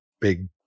big